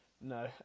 No